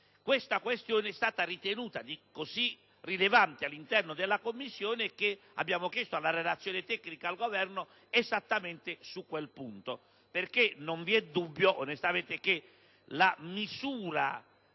Tale questione è stata ritenuta così rilevante all'interno della Commissione che abbiamo chiesto la relazione tecnica al Governo esattamente su quel punto, perché non vi è dubbio onestamente che la misura